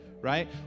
right